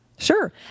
Sure